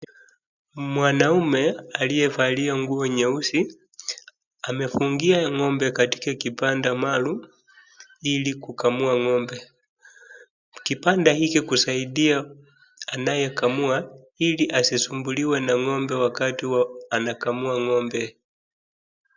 Mwanaume aliyevalia nguo nyeusi amefungia ng'ombe katika kibanda maalum ilikukamua ng'ombe. Kibanda hiki husandia anayekamua iliasisumbuliwe na ng'ombe wakati anakamua ng'ombe.